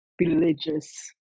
religious